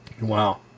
Wow